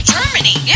Germany